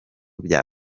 bya